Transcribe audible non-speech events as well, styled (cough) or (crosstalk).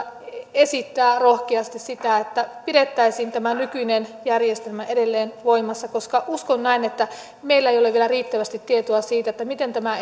esittää rohkeasti sitä että pidettäisiin tämä nykyinen järjestelmä edelleen voimassa koska uskon näin että meillä ei ole vielä riittävästi tietoa siitä miten tämä (unintelligible)